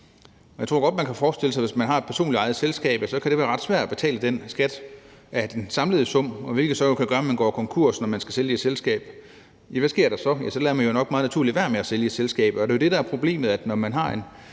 jeg tror godt, man kan forestille sig, at hvis man har et personligt ejet selskab, kan det være ret svært at betale den skat af den samlede sum, hvilket jo så kan gøre, at man går konkurs, når man skal sælge det selskab. Og hvad sker der så? Ja, så lader man jo naturligt nok være med at sælge det selskab. Og det er jo det, der er problemet – at når man har en